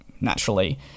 naturally